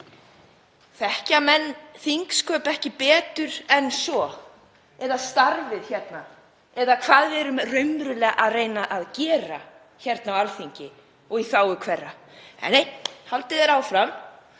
Þekkja menn þingsköp ekki betur en svo eða starfið hérna? Eða hvað við erum raunverulega að reyna að gera hér á Alþingi og í þágu hverra? Nei, haldið er áfram